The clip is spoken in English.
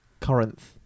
Corinth